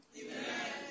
amen